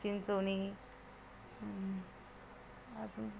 चिंचोनी अजून